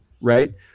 Right